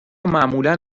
معمولا